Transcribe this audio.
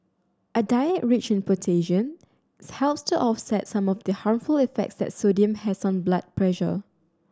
a diet rich in potassium helps to offset some of the harmful effects that sodium has on blood pressure